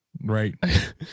right